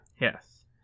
Yes